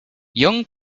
young